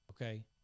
Okay